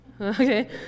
okay